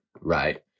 right